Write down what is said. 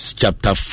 chapter